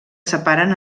separen